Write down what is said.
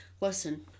Listen